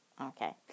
okay